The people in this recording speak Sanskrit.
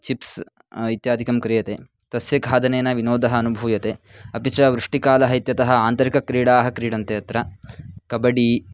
चिप्स् इत्यादिकं क्रियते तस्य खादनेन विनोदः अनुभूयते अपि च वृष्टिकालः इत्यतः आन्तरिकक्रीडाः क्रीडन्ते अत्र कबडी